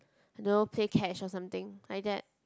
I don't know play catch or something like that